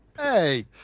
Hey